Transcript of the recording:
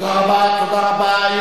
תודה רבה.